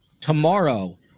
tomorrow